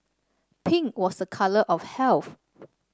pink was a colour of health